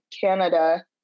Canada